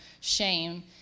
shame